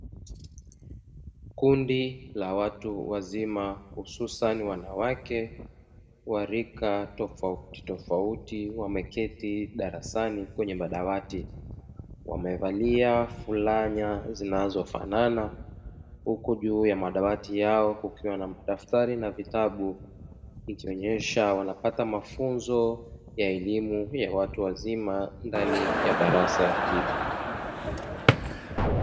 Kundi la watu wazima hususani wanawake wa rika tofautitofauti wameketi darasani kwenye madawati, wamevalia fulana zinazofanana huku juu ya madawati yao kukiwa na madaftari na vitabu. Ikionyesha wanapata mafunzo ya elimu ya watu wazima ndani ya darasa hilo.